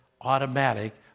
automatic